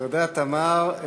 תודה, תמר.